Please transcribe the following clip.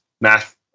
math